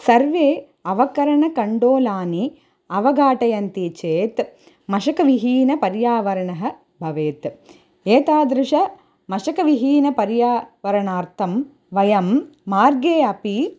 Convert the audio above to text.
सर्वे अवकरणकण्डोलानि अवघातयन्ति चेत् मशकविहीनपर्यावरणं भवेत् एतादृशं मशकविहीनं पर्यावरणार्थं वयं मार्गे अपि